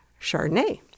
Chardonnay